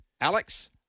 Alex